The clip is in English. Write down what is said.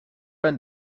been